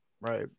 right